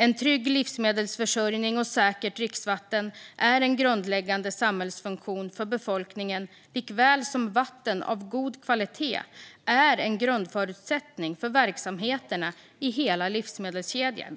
En trygg livsmedelsförsörjning och säkert dricksvatten är en grundläggande samhällsfunktion för befolkningen likaväl som vatten av god kvalitet är en grundförutsättning för verksamheterna i hela livsmedelskedjan.